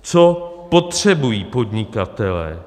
Co potřebují podnikatelé?